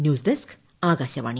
news desk Akashvani